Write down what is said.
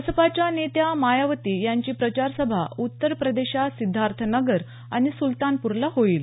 बसपाच्या नेत्या मायावती यांची प्रचार सभा उत्तर प्रदेशात सिद्धार्थ नगर आणि सुलतानपूरला होईल